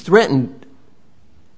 threatened